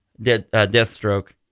Deathstroke